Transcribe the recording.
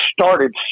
started